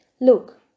Look